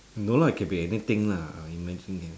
no lah it can be anything lah imagine eh